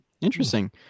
interesting